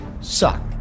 suck